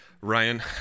Ryan